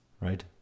right